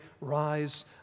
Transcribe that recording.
rise